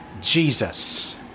Jesus